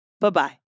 bye-bye